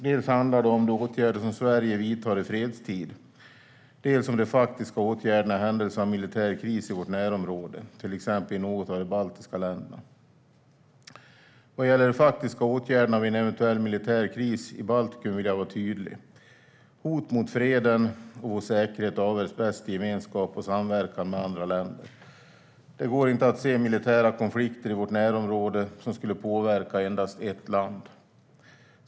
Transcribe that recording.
Dels handlar det om de åtgärder Sverige vidtar i fredstid, dels om de faktiska åtgärderna i händelse av en militär kris i vårt närområde, till exempel i något av de baltiska länderna. Vad gäller faktiska åtgärder vid en eventuell militär kris i Baltikum vill jag vara tydlig. Hot mot freden och vår säkerhet avvärjs bäst i gemenskap och samverkan med andra länder. Det går inte att se militära konflikter i vårt närområde som skulle påverka endast ett land.